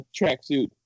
tracksuit